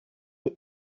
est